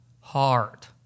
hard